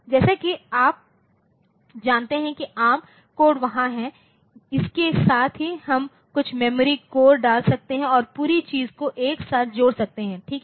तो जैसा कि आप जानते हैं कि एआरएम कोड वहाँ है इसके साथ ही हम कुछ मेमोरी कोर डाल सकते हैं और पूरी चीज़ को एक साथ जोड़ सकते हैं ठीक है